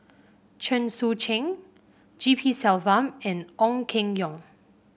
Chen Sucheng G P Selvam and Ong Keng Yong